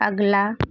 अगला